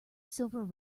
silver